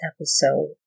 episode